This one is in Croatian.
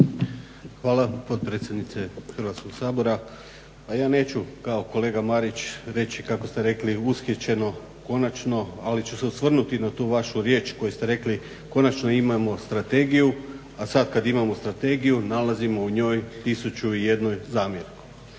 Hvala potpredsjednice Hrvatskog sabora. Pa ja neću kao kolega Marić reći kako ste rekli ushićeno, konačno ali ću se osvrnuti na tu vašu riječ koju ste rekli konačno imamo strategiju, a sad kad imamo strategiju nalazimo u njoj 1001 zamjerku.